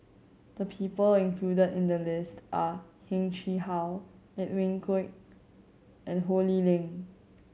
the people included in the list are Heng Chee How Edwin Koek and Ho Lee Ling